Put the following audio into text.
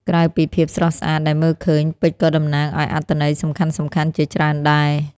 ក្រៅពីភាពស្រស់ស្អាតដែលមើលឃើញ ពេជ្រក៏តំណាងឲ្យអត្ថន័យសំខាន់ៗជាច្រើនដែរ។